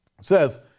says